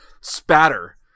spatter